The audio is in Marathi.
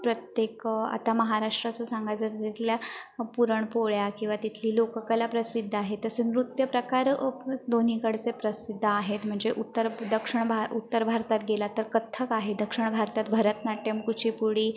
प्रत्येक आता महाराष्ट्राचं सांगायचं तर तिथल्या पुरणपोळ्या किंवा तिथली लोककला प्रसिद्ध आहे तसं नृत्य प्रकार दोन्हीकडचे प्रसिद्ध आहेत म्हणजे उत्तर दक्षिण उत्तर भारतात गेला तर कथ्थक आहे दक्षिण भारतात भरतनाट्यम कुचीपुडी